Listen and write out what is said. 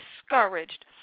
discouraged